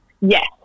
Yes